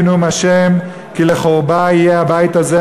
נאֻם ה' כי לחָרבה יהיה הבית הזה",